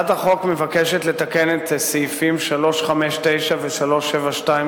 שנייה ושלישית.